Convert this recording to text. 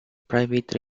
private